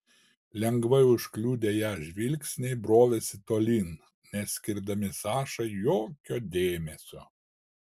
lengvai užkliudę ją žvilgsniai brovėsi tolyn neskirdami sašai jokio dėmesio